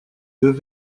deux